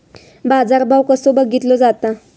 बाजार भाव कसो बघीतलो जाता?